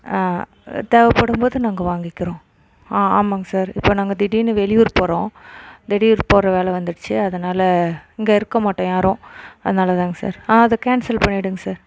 தேவைப்படும் போது நாங்கள் வாங்கிக்கிறோம் ஆமாங்க சார் இப்போ நாங்கள் திடீர்ன்னு வெளியூர் போகிறோம் வெளியூர் போகிற வேலை வந்துருச்சு அதனால் இங்கேருக்க மாட்டோம் யாரும் அதனால்தாங்க சார் அதை கேன்சல் பண்ணிவிடுங்க சார்